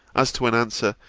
as to an answer,